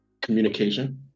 communication